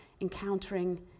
encountering